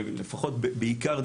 לפחות בעיקר,